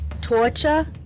torture